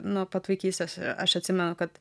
nuo pat vaikystės aš atsimenu kad